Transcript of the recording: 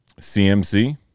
CMC